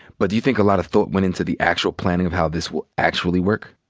but do you think a lot of thought when into the actual planning of how this will actually work?